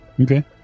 Okay